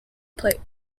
plate